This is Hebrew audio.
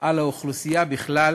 על האוכלוסייה בכלל